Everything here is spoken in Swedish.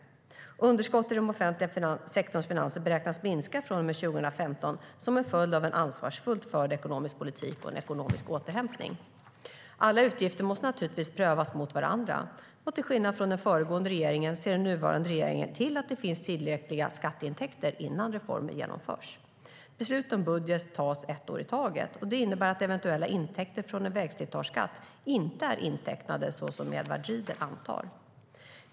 Underskottet i den offentliga sektorns finanser beräknas minska från och med 2015 som en följd av en ansvarsfullt förd ekonomisk politik och en ekonomisk återhämtning. Alla utgifter måste naturligtvis prövas mot varandra. Till skillnad från den föregående regeringen ser den nuvarande regeringen till att det finns tillräckliga skatteintäkter innan reformer genomförs. Beslut om budget tas ett år i taget. Det innebär att eventuella intäkter från en vägslitageskatt inte är intecknade så som Edward Riedl antar.